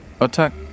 attack